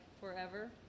forever